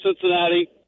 Cincinnati